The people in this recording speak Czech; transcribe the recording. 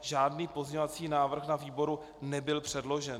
Žádný pozměňovací návrh na výbor nebyl předložen.